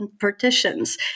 partitions